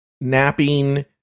napping